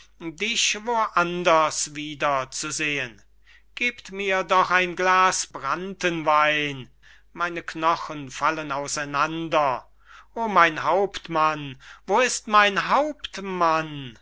wo anders wieder zu sehen gebt mir doch ein glas brandtenwein meine knochen fallen auseinander o mein hauptmann wo ist mein hauptmann